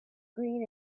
green